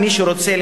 מי שרוצה,